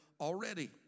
already